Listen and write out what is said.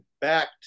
back